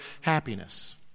happiness